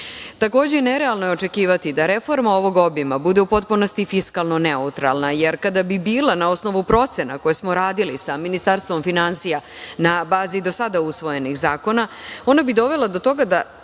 odnosi. Takođe, nerealno je očekivati da reforma ovog obima bude u potpunosti fiskalno neutralna, jer kada bi bila na osnovu procena, koje smo radili sa Ministarstvom finansija, na bazi do sada usvojenih zakona, ona bi dovela do toga da